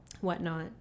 whatnot